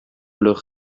leur